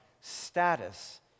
status